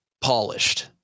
polished